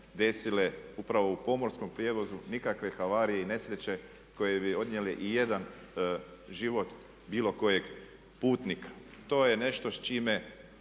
desile upravo u pomorskom prijevozu nikakve havarije i nesreće koje bi odnijele i jedan život bilo kojeg putnika. To je nešto s čime